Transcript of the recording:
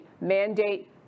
Mandate